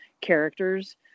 characters